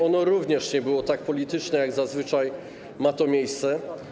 Ono także nie było tak polityczne, jak zazwyczaj ma to miejsce.